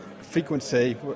frequency